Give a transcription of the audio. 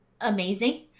amazing